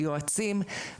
ליועצים,